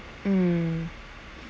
mm